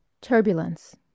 Turbulence